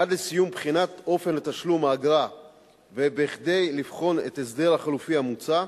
עד לסיום בחינת אופן תשלום האגרה וכדי לבחון את ההסדר החלופי המוצע,